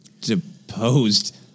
deposed